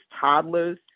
toddlers